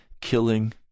killing